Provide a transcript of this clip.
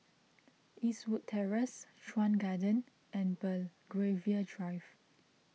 Eastwood Terrace Chuan Garden and Belgravia Drive